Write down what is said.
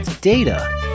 DATA